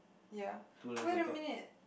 ya wait a minute